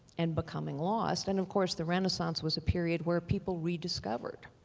and becoming lost. and, of course the renaissance was a period where people rediscovered.